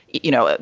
you know,